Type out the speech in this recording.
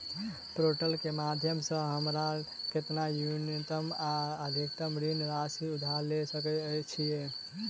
Portal केँ माध्यम सऽ हमरा केतना न्यूनतम आ अधिकतम ऋण राशि उधार ले सकै छीयै?